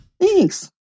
Thanks